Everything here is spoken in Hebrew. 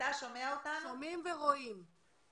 אנחנו מוסרים לאנשים האלה